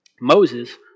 Moses